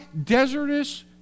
desertous